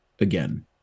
again